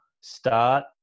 start